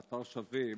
באתר שווים,